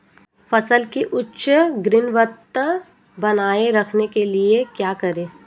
फसल की उच्च गुणवत्ता बनाए रखने के लिए क्या करें?